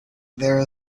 there